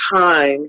time